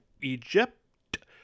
Egypt